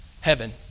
heaven